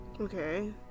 Okay